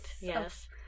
Yes